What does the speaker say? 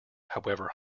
however